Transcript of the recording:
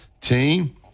team